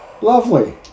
Lovely